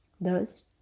Thus